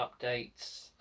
updates